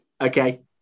Okay